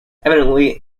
evidently